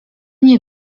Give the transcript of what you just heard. nie